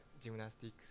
gymnastics